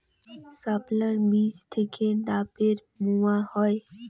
শাপলার বীজ থেকে ঢ্যাপের মোয়া হয়?